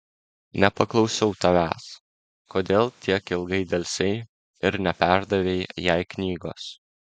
nepaklausiau tavęs kodėl tiek ilgai delsei ir neperdavei jai knygos